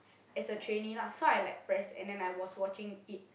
as a trainee lah so I like press and then I was watching it